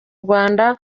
rwanda